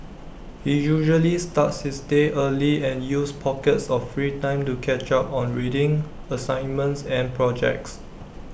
he usually starts his day early and uses pockets of free time to catch up on reading assignments and projects